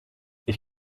ich